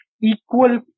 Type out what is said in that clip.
equal